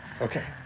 Okay